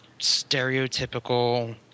stereotypical